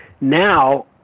Now